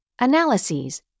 analyses